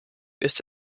ist